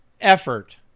effort